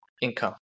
income